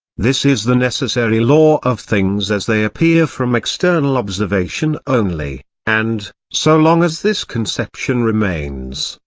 this is the necessary law of things as they appear from external observation only and, so long as this conception remains,